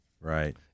right